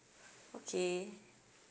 okay